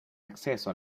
acceso